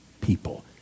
people